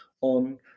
on